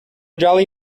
jolly